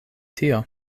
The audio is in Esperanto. tio